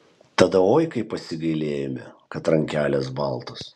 tada oi kaip pasigailėjome kad rankelės baltos